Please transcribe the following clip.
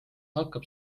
hakkab